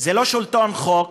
זה לא שלטון חוק,